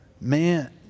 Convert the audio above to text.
man